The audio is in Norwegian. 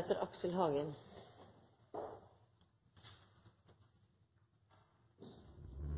Det er